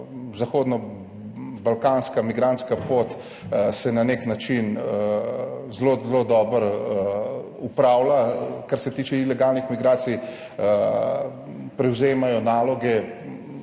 zahodnobalkanska migrantska pot se na nek način zelo zelo dobro upravlja. Kar se tiče ilegalnih migracij, prevzema naloge